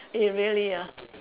eh really ah